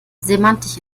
semantisch